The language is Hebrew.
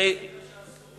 יש פסיקה שאסור.